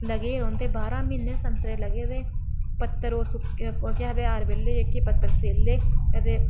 लग्गे दे रौहंदे बारां म्हीनै संतरे लग्गे दे उत्थें पत्तर ओह् केह् आखदे हर बेल्लै पत्तर सैल्ले ते